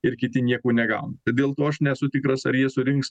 ir kiti nieko negauna tai dėl to aš nesu tikras ar jie surinks